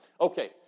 Okay